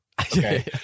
Okay